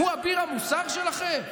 הוא אביר המוסר שלכם?